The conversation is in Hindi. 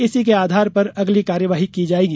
इसी के आधार पर अगली कार्यवाही की जाएगी